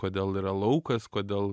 kodėl yra laukas kodėl